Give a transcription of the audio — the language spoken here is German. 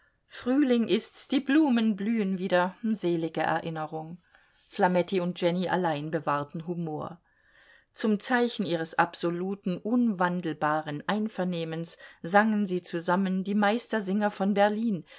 frühling ist's die blumen blühen wieder selige erinnerung flametti und jenny allein bewahrten humor zum zeichen ihres absoluten unwandelbaren einvernehmens sangen sie zusammen die meistersinger von berlin